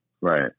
Right